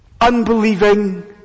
unbelieving